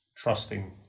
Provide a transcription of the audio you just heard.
Trusting